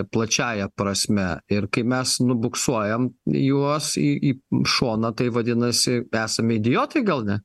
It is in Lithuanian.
plačiąja prasme ir kai mes nubuksuojam juos į į šoną tai vadinasi esame idiotai gal ne